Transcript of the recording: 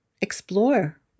explore